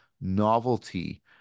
novelty